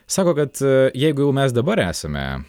sako kad jeigu mes dabar esame